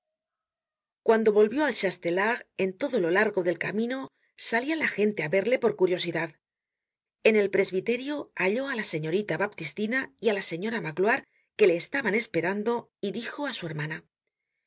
guando volvió al chastelar en todo lo largo del camino salia la gente á verle por curiosidad en el presbiterio halló á la señorita bap tistina y á la señora magloire que le estaban esperando y dijo á su hermana